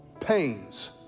pains